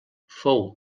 fou